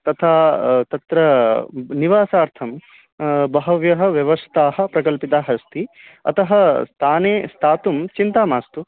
तथा तत्र निवासार्थं बहवः व्यवस्थाः प्रकल्पिताः अस्ति अतः स्थाने स्थातुं चिन्ता मास्तु